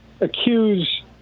accuse